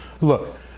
Look